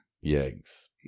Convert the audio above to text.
yeggs